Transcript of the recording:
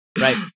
right